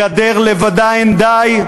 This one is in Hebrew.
בגדר לבדה לא די.